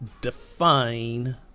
define